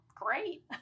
great